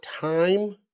time